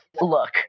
look